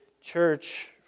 church